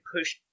push